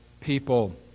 people